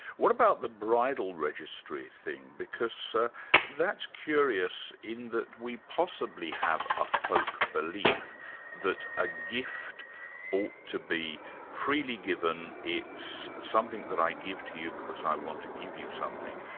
what about the bridal registry thing, because so that's curious in that we possibly have a folk belief that a gift ought to be freely given, it's something that i give to you because i want to give you something,